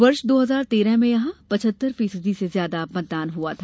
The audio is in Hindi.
वर्ष दो हजार तेरह में यहां पचहत्तर फीसदी से ज्यादा मतदान हुआ था